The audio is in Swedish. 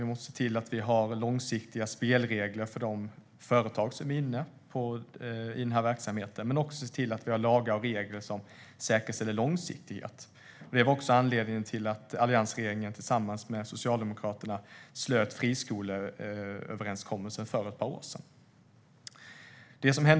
Vi måste se till att vi har långsiktiga spelregler för de företag som är inne i den här verksamheten men också se till att vi har lagar och regler som säkerställer långsiktighet. Det var också anledningen till att alliansregeringen tillsammans med Socialdemokraterna slöt friskoleöverenskommelsen för ett par år sedan. Herr talman!